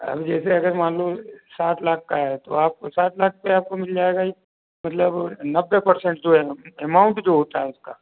अभी जैसे अगर मान लो सात लाख का है तो आपको सात लाख पे आपको मिल जाएगा ये मतलब नब्बे परसेंट जो है एमाउंट जो होता है इसका